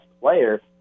player